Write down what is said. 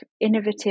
innovative